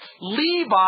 Levi